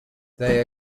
they